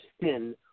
thin